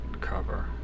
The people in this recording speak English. cover